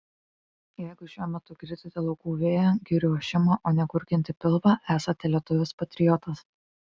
jeigu šiuo metu girdite laukų vėją girių ošimą o ne gurgiantį pilvą esate lietuvis patriotas